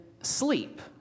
sleep